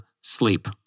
sleep